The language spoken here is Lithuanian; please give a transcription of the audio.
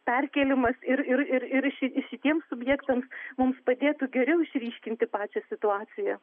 perkėlimas ir ir ir šitiems subjektams mums padėtų geriau išryškinti pačią situaciją